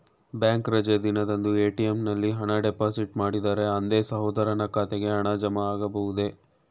Bank ರಜೆ ದಿನದಂದು ATM ನಲ್ಲಿ ಹಣ ಡಿಪಾಸಿಟ್ ಮಾಡಿದರೆ ಅಂದೇ ಸಹೋದರನ ಖಾತೆಗೆ ಹಣ ಜಮಾ ಆಗಬಹುದೇ?